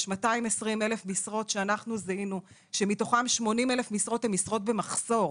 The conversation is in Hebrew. יש 220,000 משרות שזיהינו שמתוכן 80,000 משרות הן משרות במחסור.